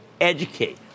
educate